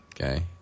okay